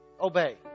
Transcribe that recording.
obey